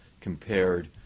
compared